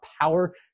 power